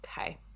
okay